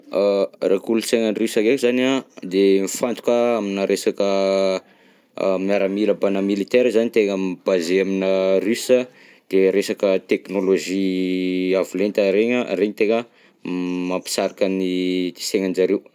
Raha kolontsaina russe ndreky zany an, de mifantoka aminà resaka miaramila mbana militaire zany tegna mi baser aminà Russe de resaka technologie avo lenta regny an, regny tegna mampisarika ny segnan'izareo.